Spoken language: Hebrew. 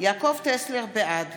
בעד